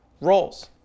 roles